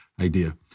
idea